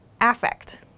affect